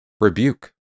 rebuke